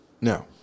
now